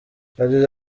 yagize